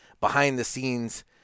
behind-the-scenes